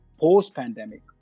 post-pandemic